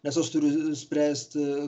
nes aš turiu nuspręsti